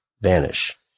vanish